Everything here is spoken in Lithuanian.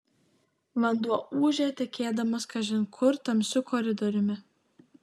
vanduo ūžė tekėdamas kažin kur tamsiu koridoriumi